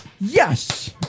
Yes